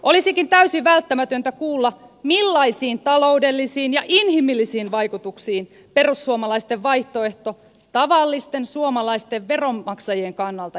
olisikin täysin välttämätöntä kuulla millaisiin taloudellisiin ja inhimillisiin vaikutuksiin perussuomalaisten vaihtoehto tavallisten suomalaisten veronmaksajien kannalta johtaisi